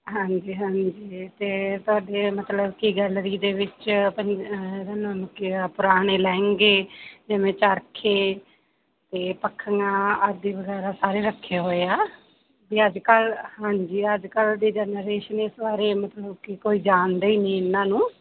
ਹਾਂਜੀ ਹਾਂਜੀ ਅਤੇ ਤੁਹਾਡੇ ਮਤਲਬ ਕਿ ਗੈਲਰੀ ਦੇ ਵਿੱਚ ਆਪਣੀ ਇਹਦਾ ਨਾਮ ਕੀ ਆ ਪੁਰਾਣੇ ਲਹਿੰਗੇ ਜਿਵੇਂ ਚਰਖੇ ਅਤੇ ਪੱਖੀਆਂ ਆਦਿ ਵਗੈਰਾ ਸਾਰੇ ਰੱਖੇ ਹੋਏ ਆ ਜੇ ਅੱਜ ਕੱਲ੍ਹ ਹਾਂਜੀ ਅੱਜ ਕੱਲ੍ਹ ਦੀ ਜਨਰੇਸ਼ਨ ਇਸ ਬਾਰੇ ਮਤਲਬ ਕਿ ਕੋਈ ਜਾਣਦਾ ਹੀ ਨਹੀਂ ਇਹਨਾਂ ਨੂੰ